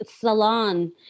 salon